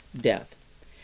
death